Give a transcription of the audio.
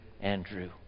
Andrew